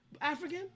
African